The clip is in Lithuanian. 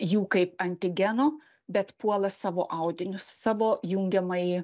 jų kaip antigenų bet puola savo audinius savo jungiamąjį